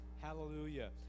hallelujah